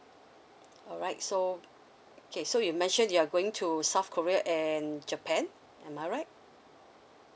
alright so okay so you mentioned you're going to south korea and japan am I right